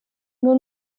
nur